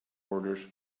orders